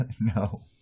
No